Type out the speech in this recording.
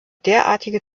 derartige